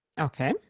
Okay